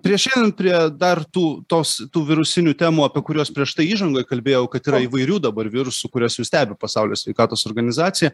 prieš einant prie dar tų tos tų virusinių temų apie kuriuos prieš tai įžangoj kalbėjau kad yra įvairių dabar virusų kuriuos jau stebi pasaulio sveikatos organizacija